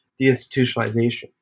deinstitutionalization